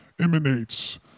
emanates